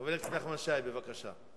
חבר הכנסת נחמן שי, בבקשה.